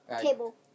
table